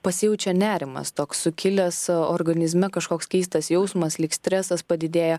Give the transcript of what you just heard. pasijaučia nerimas toks sukilęs organizme kažkoks keistas jausmas lyg stresas padidėja